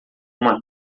uma